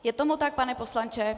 Je tomu tak, pane poslanče?